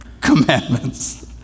commandments